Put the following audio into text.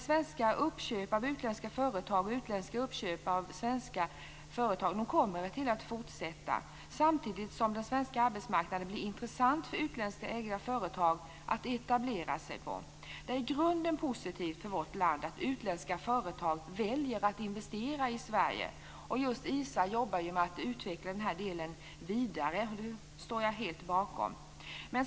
Svenska uppköp av utländska företag och utländska uppköp av svenska företag kommer att fortsätta, samtidigt som den svenska arbetsmarknaden blir intressant att etablera sig på för utländska ägare av företag. Det är i grunden positivt för vårt land att utländska företag väljer att investera i Sverige. Just ISA jobbar med att utveckla den här delen vidare, och det står jag helt bakom.